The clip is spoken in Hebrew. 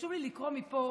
חשוב לי לקרוא מפה